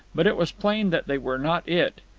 but it was plain that they were not it,